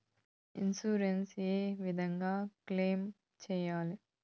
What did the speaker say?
Insurance ఏ విధంగా claim సేయాలి?